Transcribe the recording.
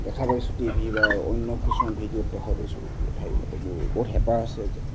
দেখা পাইছোঁ টিভি বা অন্য কিছুমান ভিডিঅ'ত দেখা পাইছোঁ সেই ঠাইবিলাকত বহুত হেঁপাহ আছে